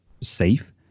safe